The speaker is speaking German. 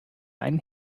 einen